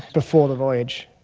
before the voyage.